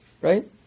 right